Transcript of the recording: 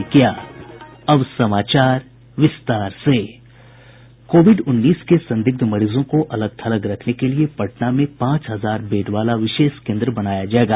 Covid उन्नीस के संदिग्ध मरीजों को अलग थलग रखने के लिए पटना में पांच हजार बेड वाला विशेष केन्द्र बनाया जायेगा